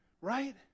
right